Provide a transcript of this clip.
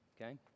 Okay